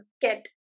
get